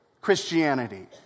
Christianity